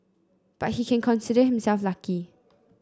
but he can consider himself lucky